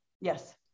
Yes